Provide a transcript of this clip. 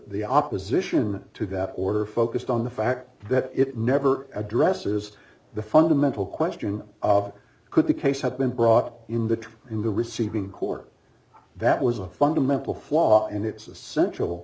the opposition to that order focused on the fact that it never addresses the fundamental question of could the case have been brought in the in the receiving court that was a fundamental flaw and it's